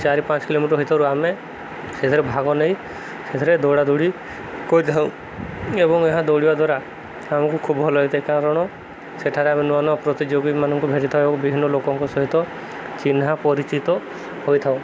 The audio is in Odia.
ଚାରି ପାଞ୍ଚ କିଲୋମିଟର ଭିତରୁ ଆମେ ସେଥିରେ ଭାଗ ନେଇ ସେଥିରେ ଦୌଡ଼ାଦୌଡ଼ି କରିଥାଉ ଏବଂ ଏହା ଦୌଡ଼ିବା ଦ୍ୱାରା ଆମକୁ ଖୁବ୍ ଭଲ ଲାଗିଥାଏ କାରଣ ସେଠାରେ ଆମେ ନୂଆ ନୂଆ ପ୍ରତିଯୋଗୀମାନଙ୍କୁ ଭେଟିଥାଉ ଏବଂ ବିଭିନ୍ନ ଲୋକଙ୍କ ସହିତ ଚିହ୍ନା ପରିଚିତ ହୋଇଥାଉ